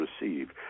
receive